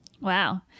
Wow